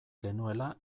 genuela